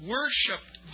worshipped